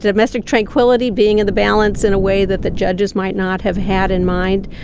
domestic tranquility being in the balance in a way that the judges might not have had in mind.